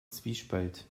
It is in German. zwiespalt